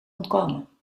ontkomen